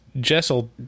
Jessel